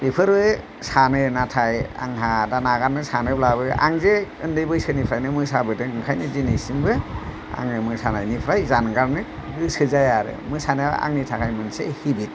बेफोरो सानो नाथाय आंहा दा नागारनो सानोब्लाबो आं जे उन्दै बैसोनिफ्रायनो मोसाबोदों ओंखायनो दिनैसिमबो आङो मोसानायनिफ्राय जानगारनो गोसो जाया आरो मोसानो आंनि थाखाय मोनसे हेबिट